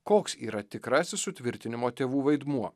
koks yra tikrasis sutvirtinimo tėvų vaidmuo